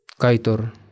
kaitor